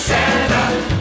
Santa